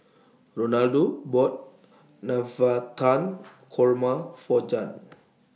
Ronaldo bought Navratan Korma For Jann